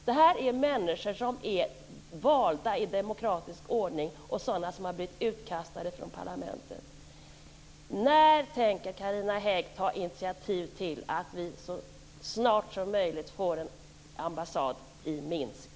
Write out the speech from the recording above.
Det här är människor som är valda i demokratisk ordning och sådana som blivit utkastade från parlamentet. När tänker Carina Hägg ta initiativ till att vi så snart som möjligt får en ambassad i Minsk?